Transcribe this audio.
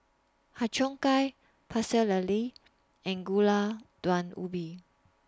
Har Cheong Gai Pecel Lele and Gulai Daun Ubi